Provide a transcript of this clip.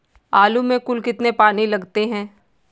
आलू में कुल कितने पानी लगते हैं?